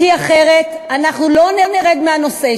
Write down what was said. כי אחרת אנחנו לא נרד מהנושא,